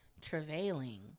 Travailing